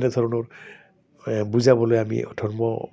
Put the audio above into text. এনেধৰণৰ বুজাবলৈ আমি ধৰ্ম